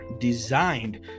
designed